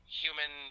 human